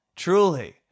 Truly